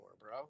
bro